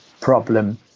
problem